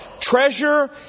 treasure